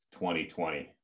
2020